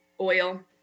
oil